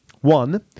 one